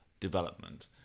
development